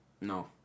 No